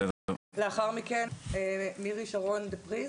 לאחר מכן מירי שרון דה פריס.